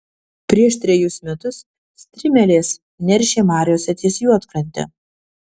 prieš trejus metus strimelės neršė mariose ties juodkrante